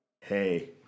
Hey